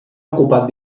ocupat